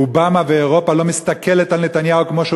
אובמה ואירופה לא מסתכלים על נתניהו כמו שהוא